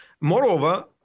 Moreover